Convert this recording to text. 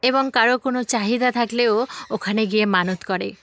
এবং কারও কোনো চাহিদা থাকলেও ওখানে গিয়ে মানত করে